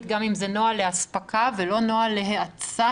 גם אם זה נוהל לאספקה ולא נוהל להאצה.